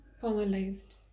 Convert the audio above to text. formalized